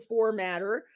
formatter